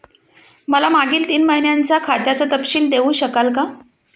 मला मागील तीन महिन्यांचा खात्याचा तपशील देऊ शकाल का?